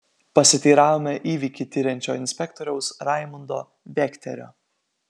pasiteiravome įvykį tiriančio inspektoriaus raimundo vekterio